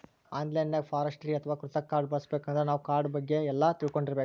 analogue forestry ಅಥವಾ ಕೃತಕ್ ಕಾಡ್ ಬೆಳಸಬೇಕಂದ್ರ ನಾವ್ ಕಾಡ್ ಬಗ್ಗೆ ಎಲ್ಲಾ ತಿಳ್ಕೊಂಡಿರ್ಬೇಕ್